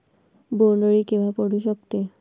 बोंड अळी केव्हा पडू शकते?